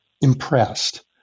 impressed